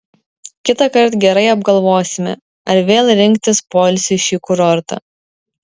kitąkart gerai apgalvosime ar vėl rinktis poilsiui šį kurortą